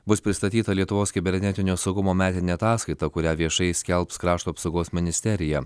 bus pristatyta lietuvos kibernetinio saugumo metinė ataskaita kurią viešai skelbs krašto apsaugos ministerija